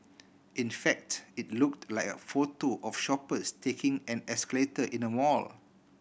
in fact it looked like a photo of shoppers taking an escalator in a mall